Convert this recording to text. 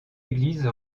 église